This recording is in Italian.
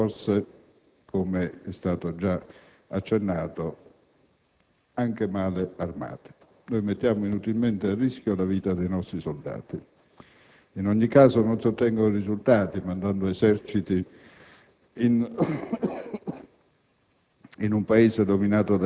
poche truppe, nel nostro caso forse, come è stato già accennato, anche male armate. Noi mettiamo inutilmente a rischio la vita dei nostri soldati. In ogni caso, non si ottengono risultati mandando eserciti in